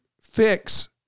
fix